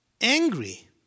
angry